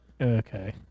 okay